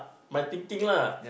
my thinking lah